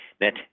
net